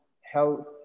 health